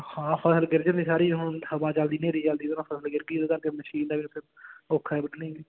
ਹਾਂ ਫਸਲ ਗਿਰ ਜਾਂਦੀ ਸਾਰੀ ਹਵਾ ਚੱਲਦੀ ਹਨੇਰੀ ਚੱਲਦੀ ਉਹਦੇ ਨਾਲ ਫਸਲ ਗਿਰ ਗਈ ਉਹਦੇ ਕਰਕੇ ਮਸ਼ੀਨ ਦਾ ਵੀ ਫਿਰ ਔਖਾ ਹੈ ਵੱਢਣੀ